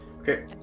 Okay